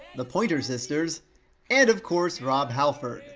the pointer sisters and, of course, rob halford.